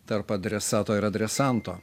tarp adresato ir adresanto